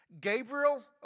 Gabriel